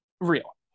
real